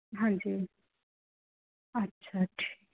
ਹਾਂਜੀ ਅੱਛਾ ਅੱਛਾ ਜੀ